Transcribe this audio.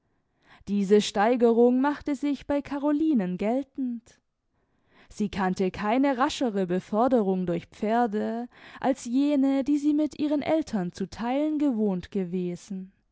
diese steigerung machte sich bei carolinen geltend sie kannte keine raschere beförderung durch pferde als jene die sie mit ihren eltern zu theilen gewohnt gewesen